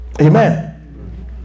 amen